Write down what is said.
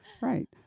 right